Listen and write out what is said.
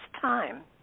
time